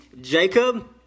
Jacob